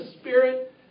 Spirit